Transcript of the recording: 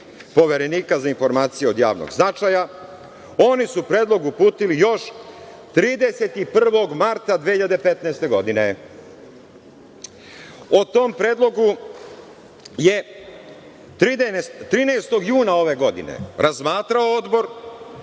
Poverenika za informacije od javnog značaja. Oni su predlog uputili još 31. marta 2015. godine. O tom predlogu je 13. juna ove godine razmatrao Odbor